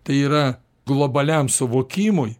tai yra globaliam suvokimui